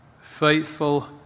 faithful